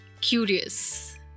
curious